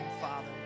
father